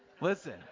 listen